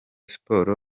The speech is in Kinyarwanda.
sports